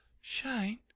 Shane